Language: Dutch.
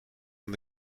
aan